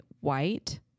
white